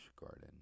garden